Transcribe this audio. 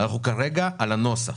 כרגע אנחנו דנים על הנוסח.